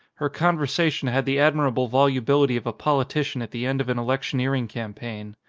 her conversation had the admirable volubility of a politician at the end of an electioneering cam paign.